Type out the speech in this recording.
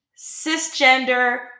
cisgender